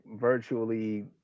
virtually